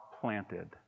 planted